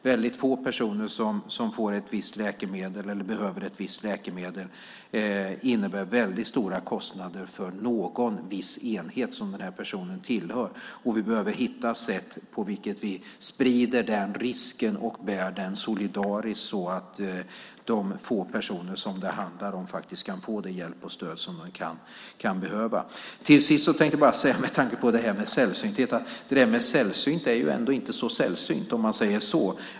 Väldigt få personer som behöver ett visst läkemedel innebär väldigt stora kostnader för någon viss enhet som den här personen tillhör. Vi behöver hitta sätt att sprida den risken och bära den solidariskt så att de få personer som det handlar om faktiskt kan få den hjälp och det stöd som de kan behöva. Till sist tänkte jag bara säga, med tanke på sällsynthet, att sällsynt ändå inte är så sällsynt, om man säger så.